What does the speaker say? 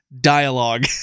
dialogue